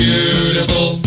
beautiful